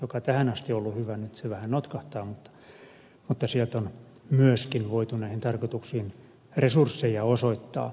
se tähän asti on ollut hyvä nyt se vähän notkahtaa mutta sieltä on myöskin voitu näihin tarkoituksiin resursseja osoittaa